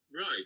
Right